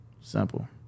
Simple